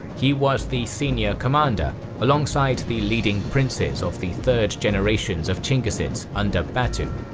he was the senior commander alongside the leading princes of the third generations of chinggisids under batu.